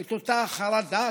את אותה חרדה,